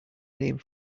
name